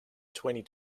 twenty